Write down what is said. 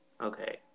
Okay